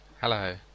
Hello